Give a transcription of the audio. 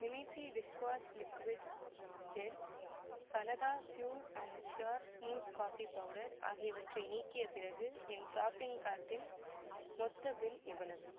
Nimeasy dishwash liquid gel பலதா pure and sure smooth coffee powder ஆகியவற்றை நீக்கிய பிறகு என் ஷாப்பிங் கார்ட்டின் மொத்த பில் எவ்வளவு